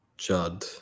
Judd